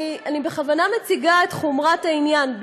אני בכוונה מציגה את חומרת העניין,